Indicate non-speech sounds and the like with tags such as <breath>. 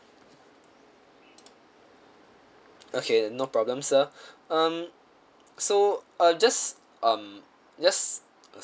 okay no problem sir <breath> um so uh just um just